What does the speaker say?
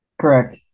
correct